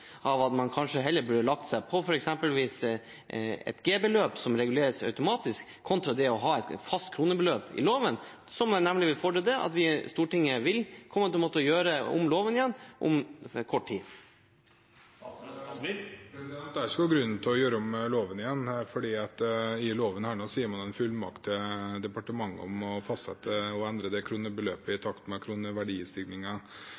av å legge seg på eksempelvis et G-beløp som reguleres automatisk, kontra det å ha et fast kronebeløp i loven, noe som vil fordre at Stortinget vil måtte gjøre om loven igjen om kort tid? Det er ingen grunn til å gjøre om loven, for i denne loven gir man en fullmakt til departementet om i forskrifts form å fastsette og endre det kronebeløpet i